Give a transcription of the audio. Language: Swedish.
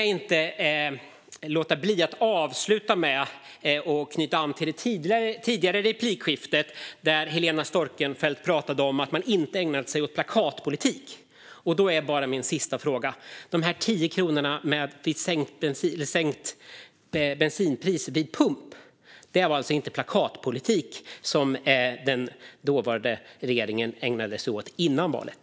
Jag kan inte låta bli att avsluta med att knyta an till det tidigare replikskiftet, där Helena Storckenfeldt pratade om att man inte hade ägnat sig åt plakatpolitik. Jag har en sista fråga när det gäller de här tio kronorna i sänkt bensinpris vid pump. Det var alltså inte plakatpolitik som den nuvarande regeringen ägnade sig åt före valet?